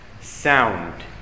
sound